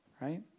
right